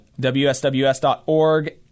WSWS.org